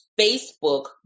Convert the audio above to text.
Facebook